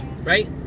right